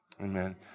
Amen